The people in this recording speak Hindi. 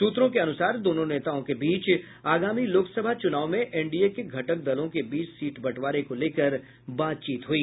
सूत्रों के अनुसार दोनों नेताओं के बीच आगामी लोकसभा चुनाव में एनडीए के घटक दलों के बीच सीट बंटवारे को लेकर बातचीत हुई